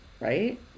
Right